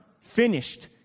finished